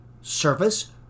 service